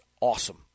awesome